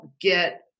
get